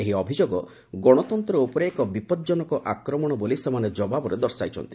ଏହି ଅଭିଯୋଗ ଗଣତନ୍ତ୍ର ଉପରେ ଏକ ବିପଜନକ ଆକ୍ରମଣ ବୋଲି ସେମାନେ ଜବାବରେ ଦର୍ଶାଇଛନ୍ତି